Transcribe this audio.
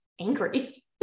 angry